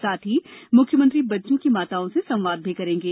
साथ ही मुख्यमंत्री बच्चों की माताओं से संवाद भी करेंगे